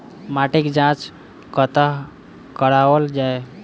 माटिक जाँच कतह कराओल जाए?